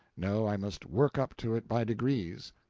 no, i must work up to it by degrees,